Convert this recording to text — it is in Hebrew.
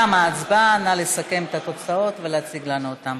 תמה ההצבעה, נא לסכם את התוצאות ולהציג לנו אותן.